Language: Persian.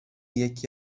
یکی